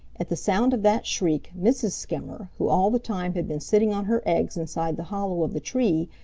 at the sound of that shriek mrs. skimmer, who all the time had been sitting on her eggs inside the hollow of the tree,